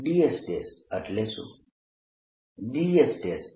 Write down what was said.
ds એટલે શું